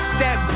Step